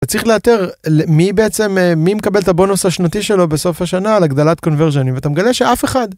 צריך לאתר מי בעצם, מי מקבל את הבונוס השנתי שלו בסוף השנה על הגדלת קונברז'ן, ואתה מגלה שאף אחד.